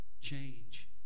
change